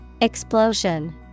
Explosion